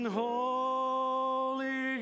holy